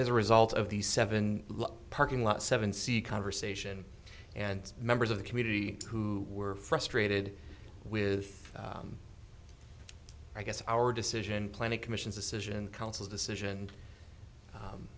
as a result of the seven parking lot seven c conversation and members of the community who were frustrated with i guess our decision plenty commission's decision council's decision